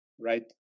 right